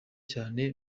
cyane